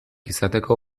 izateko